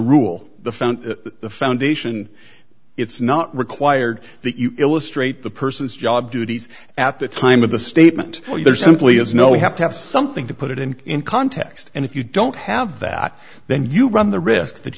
rule the found the foundation it's not required the illustrate the persons job duties at the time of the statement there simply is no we have to have something to put it in in context and if you don't have that then you run the risk that